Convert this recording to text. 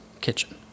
kitchen